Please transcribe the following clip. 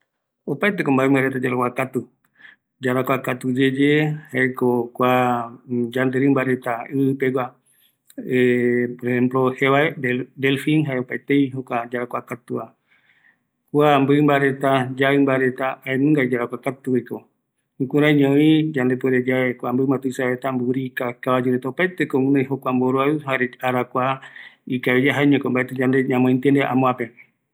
Opaeteko mɨmbareta yarakuakatu, yaesa yave delfin oajaete yarakua, yaɨmba reta jaenumgavi, jukuraivi kua cabayu, mburica, jaeñoko yande yaikua supereta